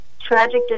tragic